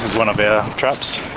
one of our traps,